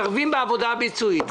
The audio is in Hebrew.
אתם מתערבים בעבודה הביצועית.